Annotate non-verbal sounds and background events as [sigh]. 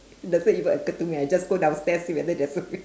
doesn't even occur to me I just go downstairs see whether the [laughs]